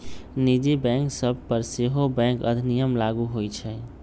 निजी बैंक सभ पर सेहो बैंक अधिनियम लागू होइ छइ